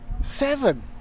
Seven